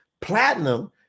Platinum